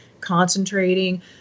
concentrating